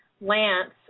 Lance